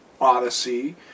Odyssey